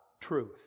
truth